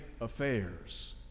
affairs